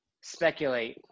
speculate